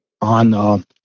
on